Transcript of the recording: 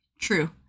True